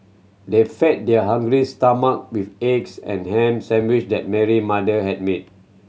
they fed their hungry's stomach with eggs and ham sandwich that Mary mother had made